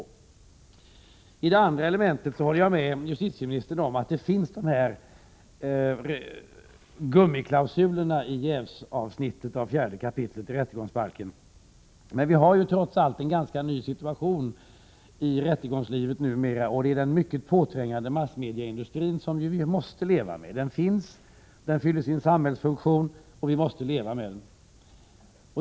När det gäller det andra elementet håller jag med justitieministern om att det finns gummiklausuler i jävsavsnittet i 4 kap. rättegångsbalken. Vi har trots allt en ganska ny situation i rättegångslivet. Det är att vi måste leva med den mycket påträngande massmediaindustrin. Den finns där, och den fyller sin samhällsfunktion. Vi måste som sagt leva med den.